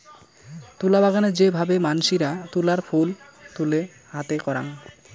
তুলা বাগানে যে ভাবে মানসিরা তুলার ফুল তুলে হাতে করাং